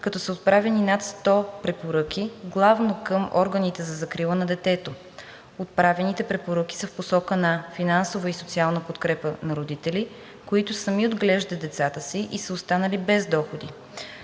като са отправени над 100 препоръки, главно към органите за закрила на детето. Отправените препоръки са в посока на: финансова и социална подкрепа на родители, които сами отглеждат децата си и са останали без доходи;